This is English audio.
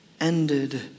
ended